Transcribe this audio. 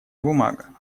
бумага